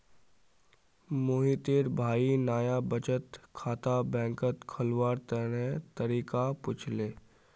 मोहितेर भाई नाया बचत खाता बैंकत खोलवार तने तरीका पुछले